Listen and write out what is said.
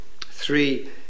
three